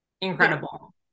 incredible